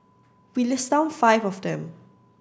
we list down five of them